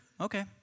okay